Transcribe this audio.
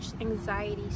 anxiety